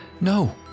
No